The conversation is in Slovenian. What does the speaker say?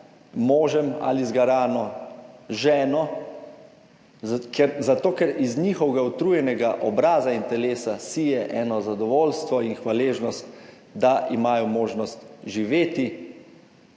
možem ali zgarano ženo, zato, ker iz njihovega utrujenega obraza in telesa sije eno zadovoljstvo in hvaležnost, da imajo možnost živeti